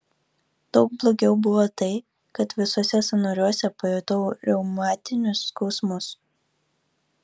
daug blogiau buvo tai kad visuose sąnariuose pajutau reumatinius skausmus